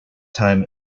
time